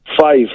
five